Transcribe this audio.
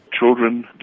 Children